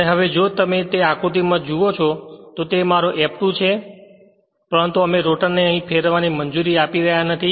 અને હવે જો અહીં તે આકૃતિમાં છે તો તે મારો F2 છે પરંતુ અમે રોટરને અહીં ફેરવવાની મંજૂરી આપી રહ્યાં નથી